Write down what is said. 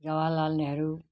Jawaharlal Nehru